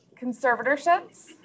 conservatorships